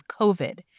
COVID